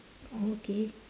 okay